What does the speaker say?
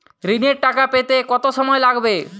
ঋণের টাকা পেতে কত সময় লাগবে?